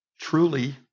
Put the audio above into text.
truly